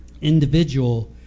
individual